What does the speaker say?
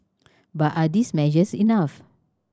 but are these measures enough